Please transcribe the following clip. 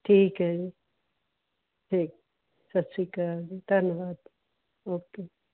ਠੀਕ ਹੈ ਠੀਕ ਸਤਿ ਸ਼੍ਰੀ ਅਕਾਲ ਜੀ ਧੰਨਵਾਦ ਓਕੇ